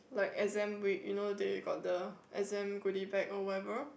like exam week you know they got the exam goodie bag or whatever